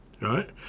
right